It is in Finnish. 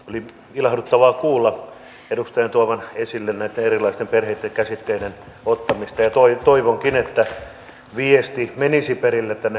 oli ilahduttavaa kuulla edustajan tuovan esille näiden erilaisten perheiden käsitteiden ottamista ja toivonkin että viesti menisi perille hallitukseenkin